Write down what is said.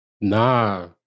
nah